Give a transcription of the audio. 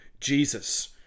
Jesus